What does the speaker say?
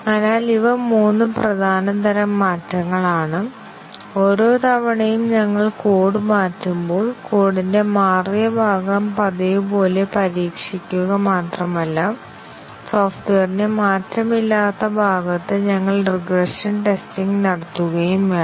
അതിനാൽ ഇവ 3 പ്രധാന തരം മാറ്റങ്ങളാണ് ഓരോ തവണയും ഞങ്ങൾ കോഡ് മാറ്റുമ്പോൾ കോഡിന്റെ മാറിയ ഭാഗം പതിവുപോലെ പരീക്ഷിക്കുക മാത്രമല്ല സോഫ്റ്റ്വെയറിന്റെ മാറ്റമില്ലാത്ത ഭാഗത്ത് ഞങ്ങൾ റിഗ്രഷൻ ടെസ്റ്റിംഗ് നടത്തുകയും വേണം